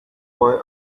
boy